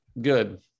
Good